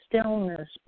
stillness